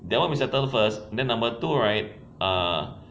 that one we settle first then number two right ah